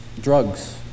drugs